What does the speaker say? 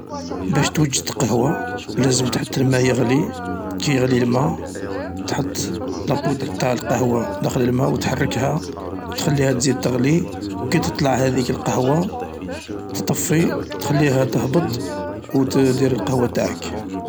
باش توجد قهوة لازم تحط الماء يغلي، كي يغلي الماء تحط لابودر انتاع القهوة داخل الماء و تحركها و تخليها تزيد تغلي و كي تطلع هاذيك القهوة تطفي تخليها تهبط و تدير القهوة انتاعك.